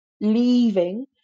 leaving